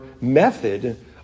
method